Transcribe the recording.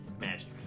Magic